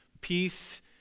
Peace